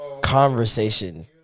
conversation